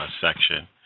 section